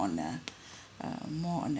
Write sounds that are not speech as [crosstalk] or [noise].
on a [breath] uh more on